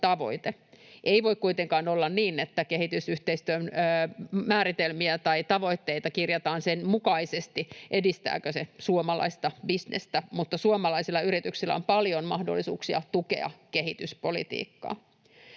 Ei voi kuitenkaan olla niin, että kehitysyhteistyön määritelmiä tai tavoitteita kirjataan sen mukaisesti, edistääkö se suomalaista bisnestä, mutta suomalaisilla yrityksillä on paljon mahdollisuuksia tukea kehityspolitiikkaa.